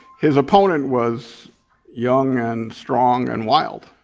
his opponent was young and strong and wild.